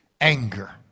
anger